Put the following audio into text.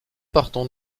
partons